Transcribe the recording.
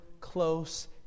close